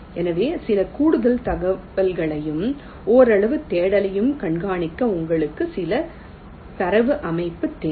எனவே சில கூடுதல் தகவல்களையும் ஓரளவு தேடலையும் கண்காணிக்க உங்களுக்கு சில தரவு அமைப்பு தேவை